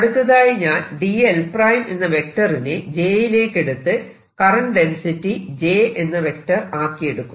അടുത്തതായി ഞാൻ dl′ എന്ന വെക്ടറിനെ j യിലേക്കെടുത്ത് കറന്റ് ഡെൻസിറ്റി j എന്ന വെക്റ്റർ ആക്കിയെടുക്കുന്നു